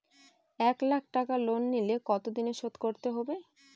এক লাখ টাকা লোন নিলে কতদিনে শোধ করতে হবে?